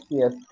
yes